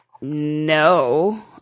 No